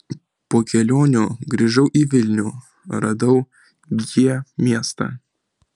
po kelionių grįžau į vilnių radau g miestą